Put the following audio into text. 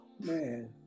man